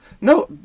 No